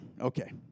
okay